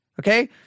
okay